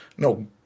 No